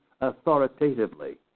authoritatively